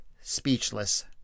speechless